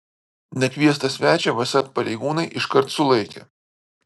nekviestą svečią vsat pareigūnai iškart sulaikė